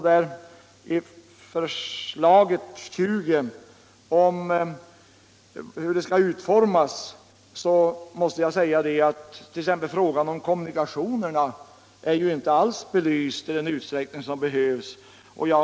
Därvid är frågan om kommunikationerna t.ex. inte alls belyst i den utsträckning som behövs.